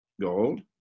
gold